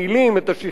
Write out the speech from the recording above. את השכמיות